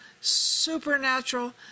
supernatural